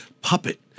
puppet